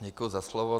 Děkuji za slovo.